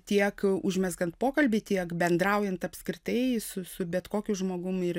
tiek užmezgant pokalbį tiek bendraujant apskritai su su bet kokiu žmogum ir